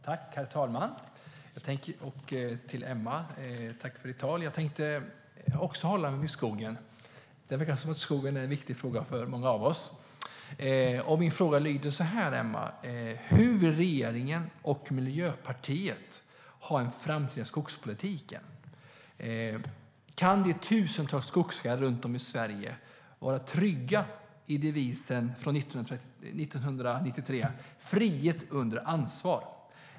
Herr talman! Jag tackar Emma för anförandet. Jag tänkte också hålla mig till skogen. Det verkar vara en viktig fråga för många av oss. Därför frågar jag: Hur vill regeringen och Miljöpartiet ha den framtida skogspolitiken? Kan de tusentals skogsägarna runt om i Sverige vara trygga med devisen från 1993, Frihet under ansvar?